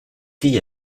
fille